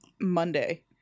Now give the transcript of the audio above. Monday